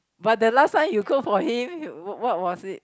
but the last time you cook for him what was it